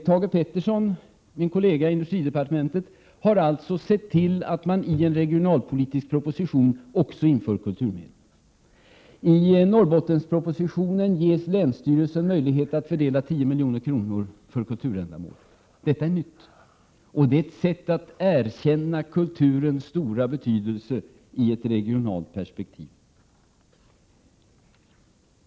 Thage Peterson, min kollega i industridepartementet, har alltså sett till att man i en regionalpolitisk proposition också tar med kulturmedel. I Norrbottenspropositionen ges länsstyrelsen möjlighet att fördela 10 miljoner för kulturändamål. Detta är nytt, och det är ett sätt att erkänna kulturens stora betydelse i ett regionalt perspektiv.